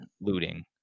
looting